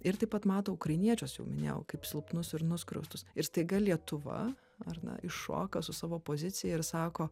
ir taip pat mato ukrainiečius jau minėjau kaip silpnus ir nuskriaustus ir staiga lietuva ar ne iššoka su savo poziciją ir sako